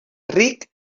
ric